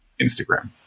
Instagram